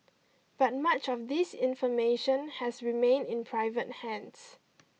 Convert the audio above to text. but much of this information has remained in private hands